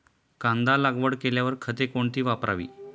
कांदा लागवड केल्यावर खते कोणती वापरावी?